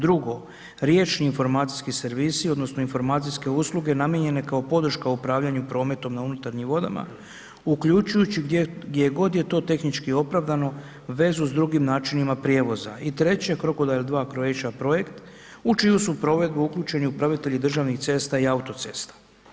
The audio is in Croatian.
Drugo, riječni informacijski servisi odnosno informacijske usluge namijenjene kao podrška upravljanju prometom na unutarnjim vodama uključujući gdje god je to tehnički opravdano vezu s drugim načinima prijevoza i treće, Crocodile II Croatia projekt, u čiji su provedbu uključeni upravitelji državnih cesta i autocesta.